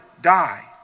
die